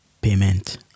payment